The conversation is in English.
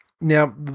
Now